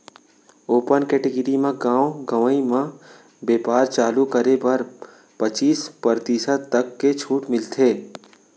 open category म गाँव गंवई म बेपार चालू करे बर पचीस परतिसत तक के छूट मिलथे